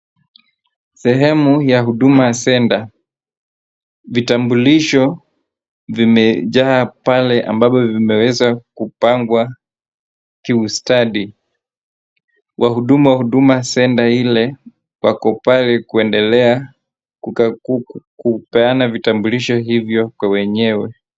Sehemu ya Huduma Centre. Vitambulisho vimejaa pale ambavyo vimeweza kupangwa kiustadi. Wahudumu wa Huduma Centre ile, wako pale kuendelea kukagu, ku, ku kupeana vitambulisho hivyo kwa wenyewe.